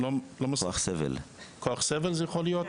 כוח סבל זה יכול להיות,